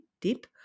deep